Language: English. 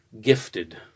gifted